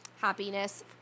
happiness